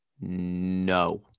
No